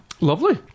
Lovely